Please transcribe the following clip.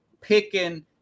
picking